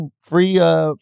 free